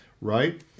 Right